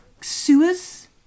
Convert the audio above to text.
sewers